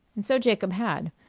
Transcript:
and so jacob had.